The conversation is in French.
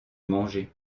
manger